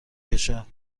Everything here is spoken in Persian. کشد